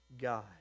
God